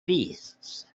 beasts